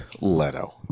Leto